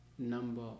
number